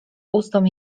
ustom